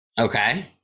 Okay